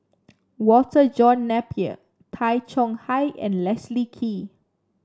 Walter John Napier Tay Chong Hai and Leslie Kee